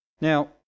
Now